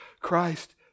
Christ